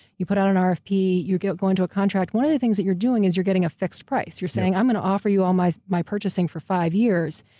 you put out an ah rfp, you go go into a contract, one of the things that you're doing is you're getting a fixed price. you're saying, i'm going to offer you all my my purchasing for five years,